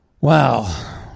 wow